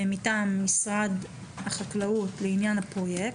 מטעם משרד החקלאות בעניין הפרויקט.